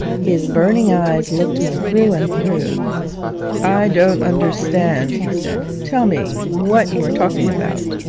his burning eyes looked me through and through i don't understand he said. tell me what you are talking about